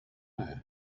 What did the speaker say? know